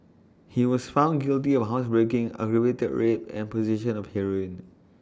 he was found guilty of housebreaking aggravated rape and possession of heroin